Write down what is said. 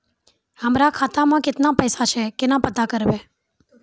हमरा खाता मे केतना पैसा छै, केना पता करबै?